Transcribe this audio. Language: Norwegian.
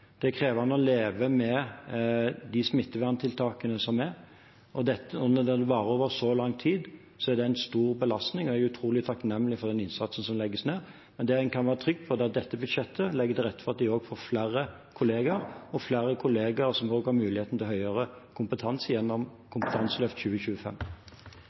det er krevende å leve med de smitteverntiltakene som er, og når det varer over så lang tid, er det en stor belastning. Jeg er utrolig takknemlig for den innsatsen som legges ned. Men en kan være trygg på at dette budsjettet legger til rette for at de får flere kollegaer, og flere kollegaer som også har muligheten til å få høyere kompetanse gjennom Kompetanseløft 2025.